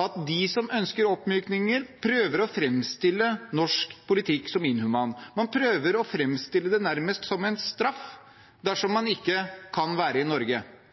at de som ønsker oppmykninger, prøver å framstille norsk politikk som inhuman. Man prøver å framstille det nærmest som en straff dersom man ikke kan være i Norge.